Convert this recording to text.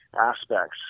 aspects